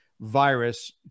virus